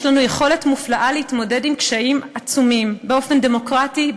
יש לנו יכולת מופלאה להתמודד עם קשיים עצומים באופן דמוקרטי,